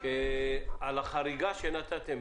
על החריגה שנתתם.